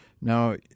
Now